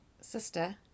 sister